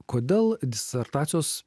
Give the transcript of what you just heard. kodėl disertacijos